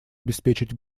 обеспечить